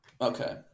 Okay